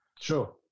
Sure